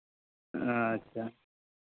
ᱟᱪᱪᱷᱟ